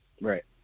Right